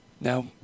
now